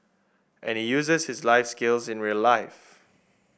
and he uses his life skills in real life